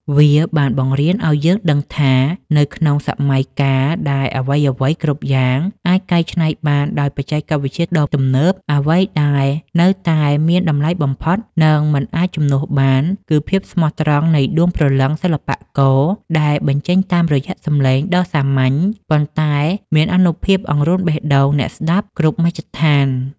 វាបានបង្រៀនឱ្យយើងដឹងថា នៅក្នុងសម័យកាលដែលអ្វីៗគ្រប់យ៉ាងអាចកែច្នៃបានដោយបច្ចេកវិទ្យាដ៏ទំនើប អ្វីដែលនៅតែមានតម្លៃបំផុត និងមិនអាចជំនួសបាន គឺភាពស្មោះត្រង់នៃដួងព្រលឹងសិល្បករដែលបញ្ចេញតាមរយៈសម្លេងដ៏សាមញ្ញ ប៉ុន្តែមានអានុភាពអង្រួនបេះដូងអ្នកស្ដាប់គ្រប់មជ្ឈដ្ឋាន។